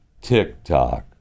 TikTok